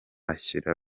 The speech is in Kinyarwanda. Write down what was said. ashyira